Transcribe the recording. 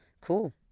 cool